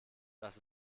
das